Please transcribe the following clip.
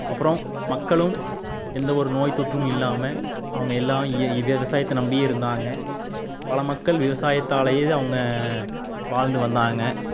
அப்புறம் மக்களும் எந்தவொரு நோய்தொற்றும் இல்லாமல் அவங்க எல்லாம் விவசாயத்தை நம்பியே இருந்தாங்க பல மக்கள் விவசாயத்தாலேயே அவங்க வாழ்ந்து வந்தாங்க